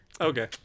Okay